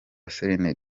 celine